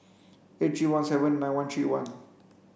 eight three one seven nin one three one